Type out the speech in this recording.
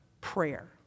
prayer